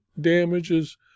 damages